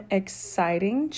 exciting